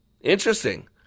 interesting